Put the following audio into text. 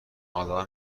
آدمها